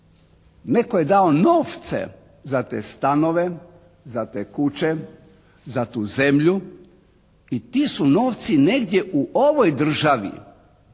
Netko je dao novce za te stanove, za te kuće, za tu zemlju i ti su novci negdje u ovoj državi,